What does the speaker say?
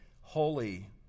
holy